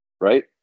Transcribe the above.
Right